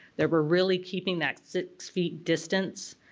that were really keeping that six feet distance,